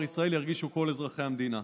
ישראל ירגישו כל אזרח ואזרחית במדינה.